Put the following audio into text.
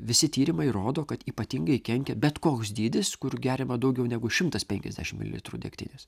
visi tyrimai rodo kad ypatingai kenkia bet koks dydis kur geriama daugiau negu šimtas penkiasdešimt mililitrų degtinės